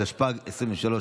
התשפ"ג 2023,